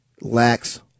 lacks